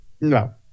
No